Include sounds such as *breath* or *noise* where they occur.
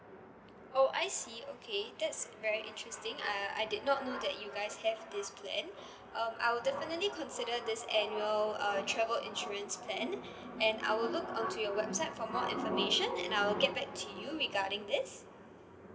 oh I see okay that's very interesting uh I did not know that you guys have this plan *breath* um I'll definitely consider this annual uh travel insurance plan *breath* and I will look onto your website for more information and I'll get back to you regarding this